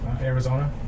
Arizona